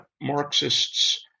Marxists